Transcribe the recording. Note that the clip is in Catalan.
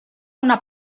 una